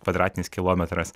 kvadratinis kilometras